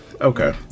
okay